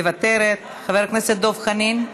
מוותרת, חבר הכנסת דב חנין,